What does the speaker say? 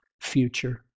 future